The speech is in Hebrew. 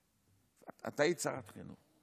תשמעי, את היית שרת החינוך.